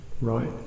Right